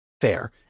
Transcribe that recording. Fair